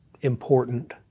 important